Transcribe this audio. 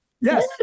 yes